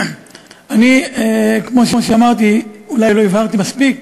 אני, כמו שאמרתי, אולי לא הבהרתי מספיק,